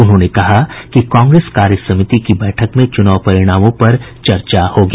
उन्होंने कहा कि कांग्रेस कार्यसमिति की बैठक में चूनाव परिणामों पर चर्चा होगी